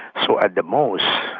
so at the most,